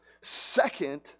Second